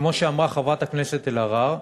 כמו שאמרה חברת הכנסת אלהרר,